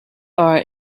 are